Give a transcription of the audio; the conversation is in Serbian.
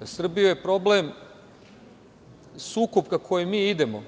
Za Srbiju je problem sukob ka kome mi idemo